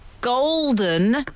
golden